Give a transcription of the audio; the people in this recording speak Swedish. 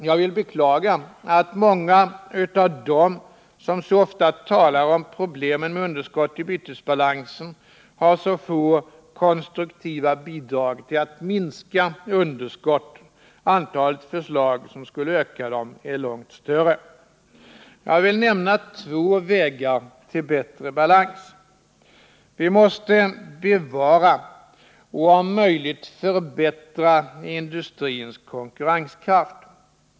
Jag vill beklaga att många av dem som så ofta talar om problemen med underskott i bytesbalansen har så få konstruktiva bidrag till att minska underskotten. Antalet förslag som skulle öka dem är långt större. Jag vill nämna två vägar till bättre balans. Vi måste bevara och om möjligt förbättra industrins konkurrenskraft.